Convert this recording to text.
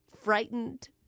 frightened